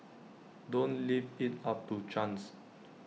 don't leave IT up to chance